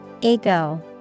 ego